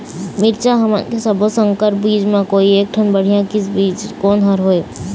मिरचा हमन के सब्बो संकर बीज म कोई एक ठन बढ़िया कस बीज कोन हर होए?